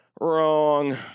Wrong